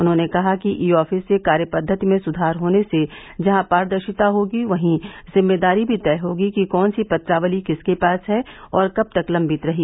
उन्होंने कहा कि ई आफिस से कार्यपद्वति में सुधार होने से जहां पारदर्शिता होगी तो वहीं जिम्मेदारी भी तय होगी कि कौन सी पत्रावली किसके पास है और कब तक लम्बित रही